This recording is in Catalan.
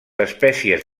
espècies